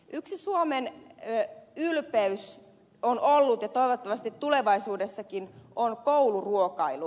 yksi suomen ylpeys on ollut ja toivottavasti tulevaisuudessakin on kouluruokailu